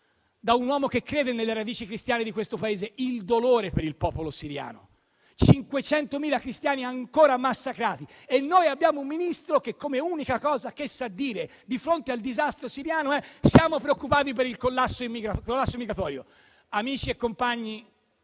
da uomo che crede nelle radici cristiane di questo Paese, il dolore per il popolo siriano; 500.000 cristiani ancora massacrati e noi abbiamo un Ministro che, come unica cosa che sa dire di fronte al disastro siriano, è che siamo preoccupati per il collasso migratorio. Amici e colleghi,